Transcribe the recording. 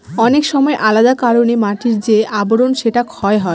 অনেক সময় আলাদা কারনে মাটির যে আবরন সেটা ক্ষয় হয়